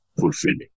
fulfilling